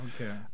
Okay